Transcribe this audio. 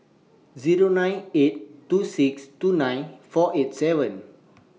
Zero nine eight two six two nine four eight seven